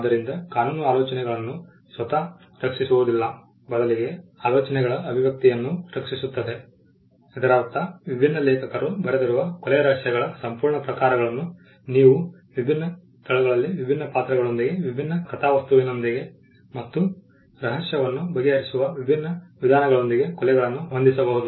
ಆದ್ದರಿಂದ ಕಾನೂನು ಆಲೋಚನೆಗಳನ್ನು ಸ್ವತಃ ರಕ್ಷಿಸುವುದಿಲ್ಲ ಬದಲಿಗೆ ಆಲೋಚನೆಗಳ ಅಭಿವ್ಯಕ್ತಿಯನ್ನು ರಕ್ಷಿಸುತ್ತದೆ ಇದರರ್ಥ ವಿಭಿನ್ನ ಲೇಖಕರು ಬರೆದಿರುವ ಕೊಲೆ ರಹಸ್ಯಗಳ ಸಂಪೂರ್ಣ ಪ್ರಕಾರಗಳನ್ನು ನೀವು ವಿಭಿನ್ನ ಸ್ಥಳಗಳಲ್ಲಿ ವಿಭಿನ್ನ ಪಾತ್ರಗಳೊಂದಿಗೆ ವಿಭಿನ್ನ ಕಥಾವಸ್ತುವಿನೊಂದಿಗೆ ಮತ್ತು ರಹಸ್ಯವನ್ನು ಬಗೆಹರಿಸುವ ವಿಭಿನ್ನ ವಿಧಾನಗಳೊಂದಿಗೆ ಕೊಲೆಗಳನ್ನು ಹೊಂದಿಸಬಹುದು